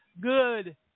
good